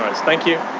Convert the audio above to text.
thank you.